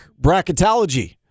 bracketology